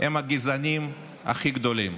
הם הגזענים הכי גדולים.